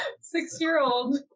six-year-old